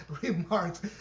remarks